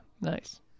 Nice